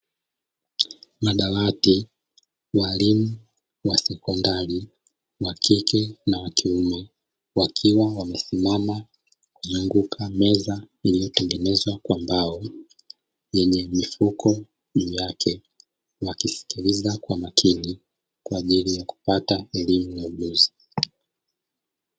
Madawati, walimu wa sekondari wakike na wakiume wakiwa wamesimama kuzunguka meza iliyotengenezwa kwa mbao yenye mifuko juu yake, wakisikiliza kwa makini kwa ajili ya kupata elimu na ujuzi.